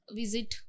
visit